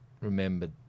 remembered